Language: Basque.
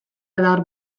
adar